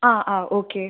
ആ ah okay